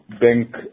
Bank